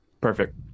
perfect